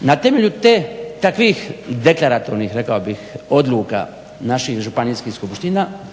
Na temelju te, takvih deklaratornih, rekao bih, odluka naših županijskih skupština